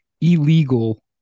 illegal